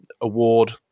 award